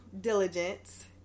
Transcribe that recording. diligence